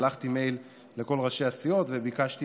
שלחתי מייל לכל ראשי הסיעות וביקשתי